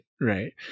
Right